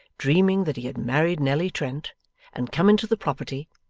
dreaming that he had married nelly trent and come into the property,